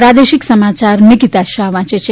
પ્રાદેશિક સમાયાર નિકીતા શાહ વાંચે છે